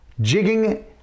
jigging